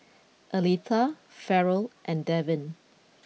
Aletha Farrell and Devyn